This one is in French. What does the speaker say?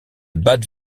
bade